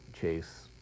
chase